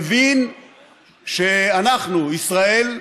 הבין שאנחנו, ישראל,